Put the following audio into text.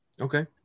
Okay